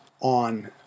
on